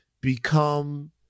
become